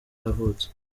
yavutse